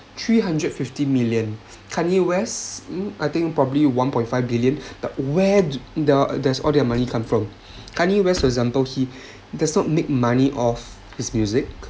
three hundred fifty million kanye west I think probably one point five billion but where do their there's all their money come from kanye west for example he does not make money off his music